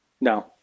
No